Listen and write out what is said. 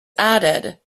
added